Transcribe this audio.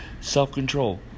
self-control